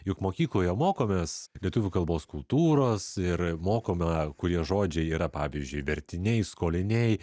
juk mokykloje mokomės lietuvių kalbos kultūros ir mokome kurie žodžiai yra pavyzdžiui vertiniai skoliniai